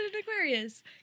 Aquarius